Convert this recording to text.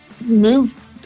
move